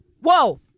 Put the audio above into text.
Whoa